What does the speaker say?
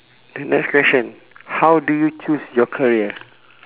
the next question how do you choose your career